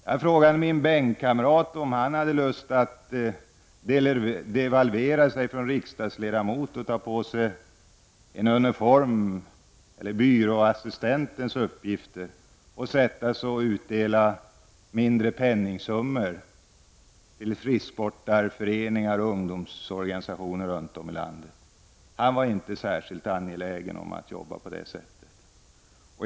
Jag frågade min bänkkamrat om han hade lust att devalvera sig från riksdagsuppdraget för att i stället ta på sig byråassistentens uppgifter och sätta sig ned och utdela mindre penningsummor till frisksportarföreningar och ungdomsorganisationer i landet. Han var inte särskilt angelägen om att arbeta på det sättet.